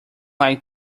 like